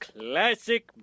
Classic